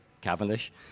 Cavendish